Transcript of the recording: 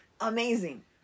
amazing